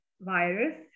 virus